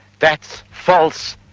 that's false,